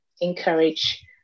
encourage